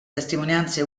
testimonianze